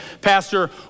Pastor